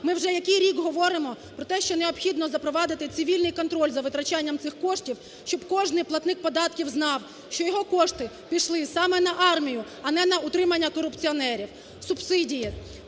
ми вже який рік говоримо про те, що необхідно запровадити цивільний контроль за витрачанням цих коштів, щоб кожний платник податків знав, що його кошти пішли саме на армію, а не на утримання корупціонерів. Субсидії.